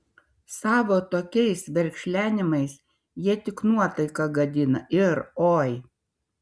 savo tokiais verkšlenimais jie tik nuotaiką gadina ir oi